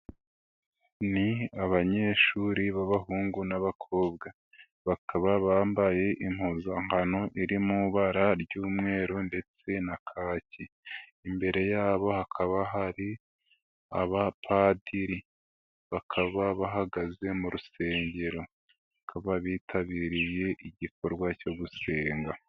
Ni abanyeshuri b'abahungu n'abakobwa. Bakaba bambaye impuzanKano iri mu ibara ry'umweru ndetse na kaki. Imbere yabo hakaba hari abapadiri, bakaba bahagaze mu rusengero bakaba bitabiriye igikorwa cyo gusenga.